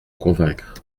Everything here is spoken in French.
convaincre